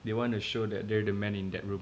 they wanna show that they're the men in that room